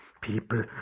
people